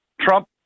Trump